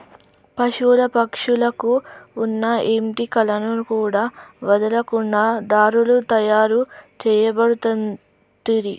పశువుల పక్షుల కు వున్న ఏంటి కలను కూడా వదులకుండా దారాలు తాయారు చేయబడుతంటిరి